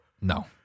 no